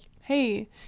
hey